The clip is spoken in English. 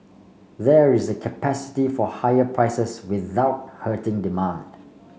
there is the capacity for higher prices without hurting demand